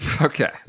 Okay